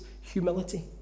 humility